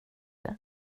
det